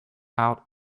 out